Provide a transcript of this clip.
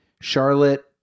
Charlotte